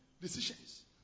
decisions